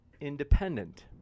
independent